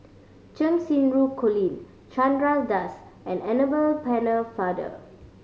Cheng Xinru Colin Chandra Das and Annabel Pennefather